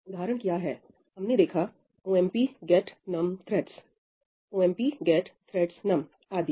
उदाहरण क्या है हमने देखा omp get num treads omp get threads numआदि